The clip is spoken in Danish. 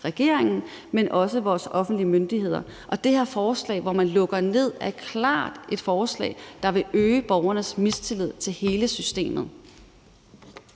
regeringen, men også vores offentlige myndigheder, og det her forslag, hvor man lukker ned, er klart et forslag, der vil øge borgernes mistillid til hele systemet.